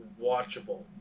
watchable